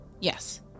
Yes